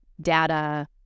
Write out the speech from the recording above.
data